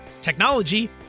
technology